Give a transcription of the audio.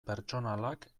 pertsonalak